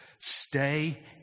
Stay